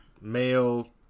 male